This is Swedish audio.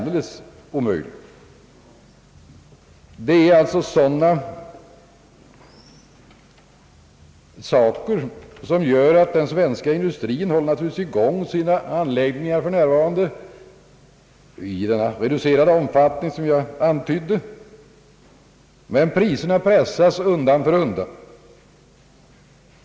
Den svenska industrin håller för närvarande sina anläggningar i gång i den reducerade omfattning som jag antytt. Men priserna pressas undan för undan.